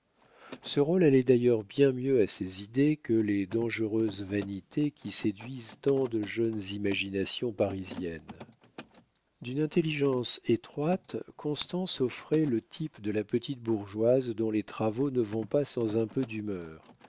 ce rôle allait d'ailleurs bien mieux à ses idées que les dangereuses vanités qui séduisent tant de jeunes imaginations parisiennes d'une intelligence étroite constance offrait le type de la petite bourgeoise dont les travaux ne vont pas sans un peu d'humeur